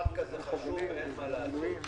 הפטקא זה חשוב, אין מה לעשות.